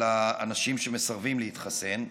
על אנשים שמסרבים להתחסן,